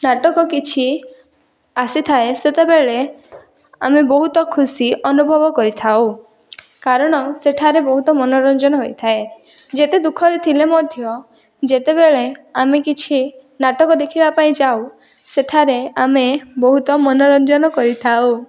ନାଟକ କିଛି ଆସିଥାଏ ସେତେବେଳେ ଆମେ ବହୁତ ଖୁସି ଅନୁଭବ କରିଥାଉ କାରଣ ସେଠାରେ ବହୁତ ମନୋରଞ୍ଜନ ହୋଇଥାଏ ଯେତେ ଦୁଃଖରେ ଥିଲେ ମଧ୍ୟ ଯେତେବେଳେ ଆମେ କିଛି ନାଟକ ଦେଖିବା ପାଇଁ ଯାଉ ସେଠାରେ ଆମେ ବହୁତ ମନୋରଞ୍ଜନ କରିଥାଉ